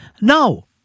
No